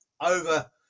over